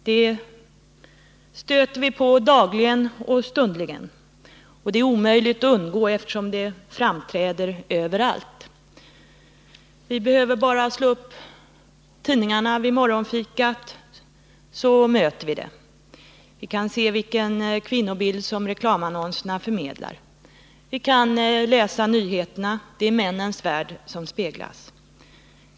Det stöter vi på dagligen och stundligen — det är omöjligt att undgå det eftersom det framträder överallt. Vi behöver bara slå upp tidningarna vid morgonfikat, så möter vi det. Vi kan se vilken kvinnobild som reklamannonserna förmedlar. Vi kan läsa nyheterna — det är männens värld som speglas.